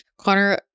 Connor